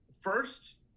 first